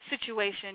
Situation